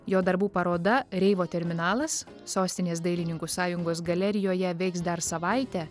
jo darbų paroda reivo terminalas sostinės dailininkų sąjungos galerijoje veiks dar savaitę